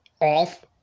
off